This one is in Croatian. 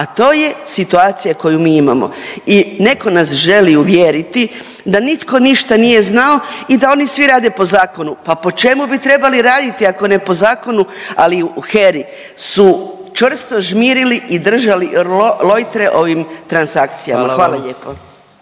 a to je situacija koju mi imamo i netko nas želi uvjeriti da nitko ništa nije znao i da oni svi rade po zakonu. Pa po čemu bi trebali raditi, ako ne po zakonu, ali u HERA-i su čvrsto žmirili i držali lojtre ovim transakcijama. Hvala lijepo.